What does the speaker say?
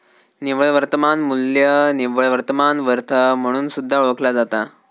निव्वळ वर्तमान मू्ल्य निव्वळ वर्तमान वर्थ म्हणून सुद्धा ओळखला जाता